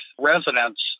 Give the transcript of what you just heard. residents